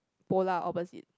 polar opposite